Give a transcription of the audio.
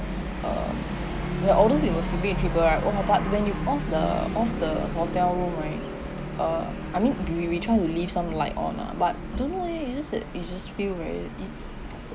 um yeah although we were sleeping in triple right !wah! but when you off the off the hotel room right uh I mean we we try to leave some light on lah but don't know eh it's just that it just feel very it